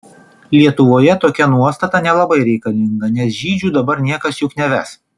lietuvoje tokia nuostata nelabai reikalinga nes žydžių dabar niekas juk neves